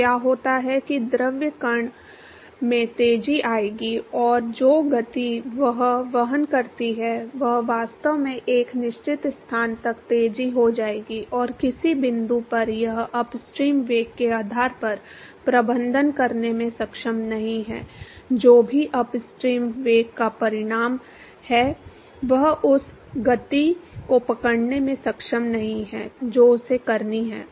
तो क्या होता है कि द्रव कण में तेजी आएगी और जो गति वह वहन करती है वह वास्तव में एक निश्चित स्थान तक तेज हो जाएगी और किसी बिंदु पर यह अपस्ट्रीम वेग के आधार पर प्रबंधन करने में सक्षम नहीं है जो भी अपस्ट्रीम वेग का परिमाण है वह उस गति को पकड़ने में सक्षम नहीं है जो उसे करनी है